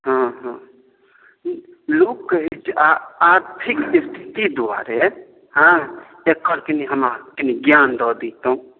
हँ हँ लोक कहै छै आ आर्थिक स्थिति दुआरे हँ एकर कनि हमरा कनि ज्ञान दऽ दैतहुॅं